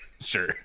Sure